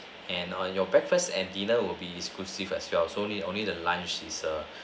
and on your breakfast and dinner will be inclusive as well so only only the lunch is err